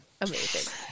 Amazing